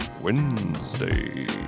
Wednesday